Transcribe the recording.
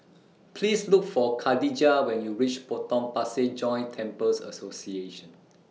Please Look For Khadijah when YOU REACH Potong Pasir Joint Temples Association